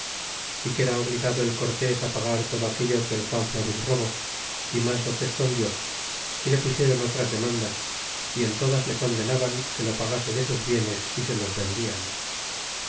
y que era obligado el cortés á pagar todo aquello que el juan ron otras demandas y en todas le condenaban que lo pagase de sus bienes y se los vendian